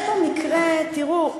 יש פה מקרה, תראו,